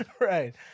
right